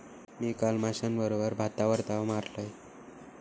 मी काल माश्याबरोबर भातावर ताव मारलंय